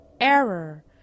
Error